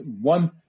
one